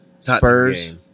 Spurs